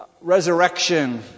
resurrection